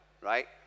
right